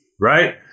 right